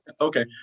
okay